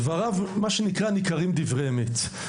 דבריו, הם מה שנקרא, ניכרים דברי אמת.